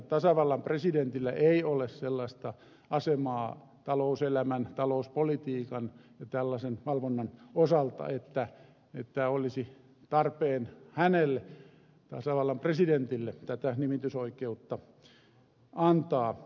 tasavallan presidentillä ei ole sellaista asemaa talouselämän talouspolitiikan ja tällaisen valvonnan osalta että olisi tarpeen hänelle tasavallan presidentille tätä nimitysoikeutta antaa